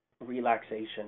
relaxation